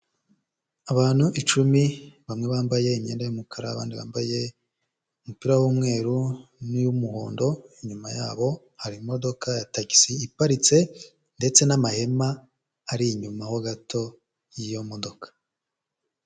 Abantu icumi, bamwe bambaye imyenda y'umukara abandi bambaye umupira w'umweru n'iy'umuhondo, inyuma yabo hari imodoka ya tagisi iparitse ndetse n'amahema ari inyuma ho gato y'iyo modoka.